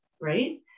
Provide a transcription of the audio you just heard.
right